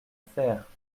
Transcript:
fère